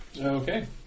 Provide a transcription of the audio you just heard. Okay